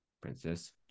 Princess